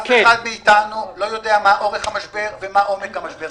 אף אחד מאתנו לא יודע מה אורך המשבר ומה עומק המשבר.